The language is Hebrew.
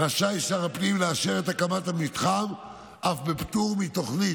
רשאי שר הפנים לאשר את הקמת המתחם אף בפטור מתוכנית,